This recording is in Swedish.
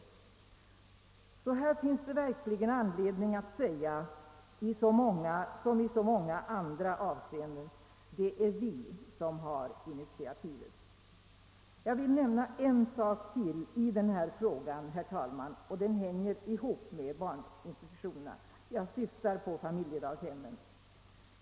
Här finns det verkligen anledning att säga som i så många andra avseenden: Det är vi socialdemokrater som har initiativet! Jag vill nämna en sak till i denna fråga, herr talman, och den hänger ihop med barninstitutionerna. Jag syftar på familjedaghemmen.